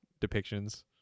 depictions